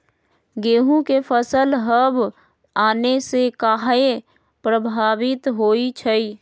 गेंहू के फसल हव आने से काहे पभवित होई छई?